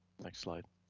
next slide.